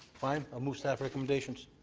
fine i'll move staff recommendations.